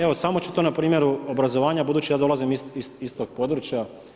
Evo samo ću to na primjeru obrazovanja, budući da dolazim iz tog područja.